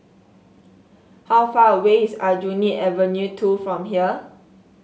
how far away is Aljunied Avenue Two from here